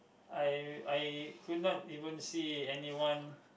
I I could not even see anyone